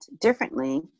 differently